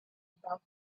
without